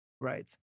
right